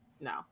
no